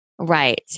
Right